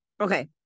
Okay